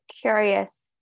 curious